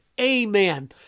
Amen